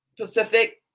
Pacific